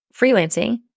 freelancing